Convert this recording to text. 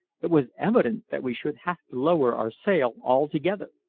it was evident that we should have to lower our sail altogether.